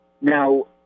Now